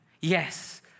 Yes